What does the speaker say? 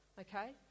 Okay